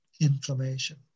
inflammation